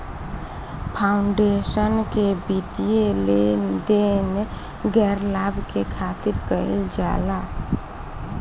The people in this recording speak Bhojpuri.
फाउंडेशन के वित्तीय लेन देन गैर लाभ के खातिर कईल जाला